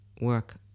work